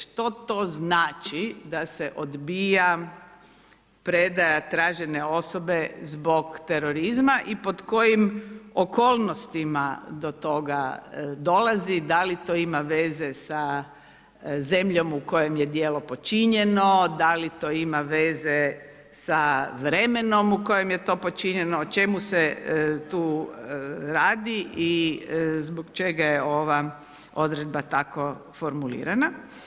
što to znači da se odbija predaja tražene osobe zbog terorizma i pod kojim okolnostima do toga dolazi, da li to ima veze sa zemljom u kojem je djelo počinjeno, da li to ima veze sa vremenom u kojem je to počinjeno, o čemu se to radi i zbog čega je ova odredba tako formulirana.